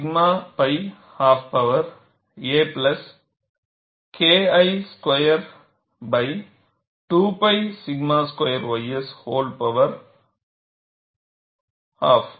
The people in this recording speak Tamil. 𝛔 pi ஆப் பவர்யை a KI square 2 pi 𝛔 square ys whole power of